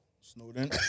Snowden